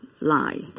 lie